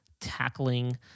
tackling